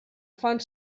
font